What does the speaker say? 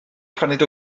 paned